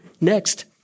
Next